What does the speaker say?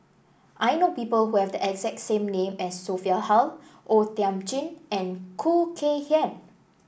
I know people who have the exact name as Sophia Hull O Thiam Chin and Khoo Kay Hian